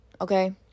okay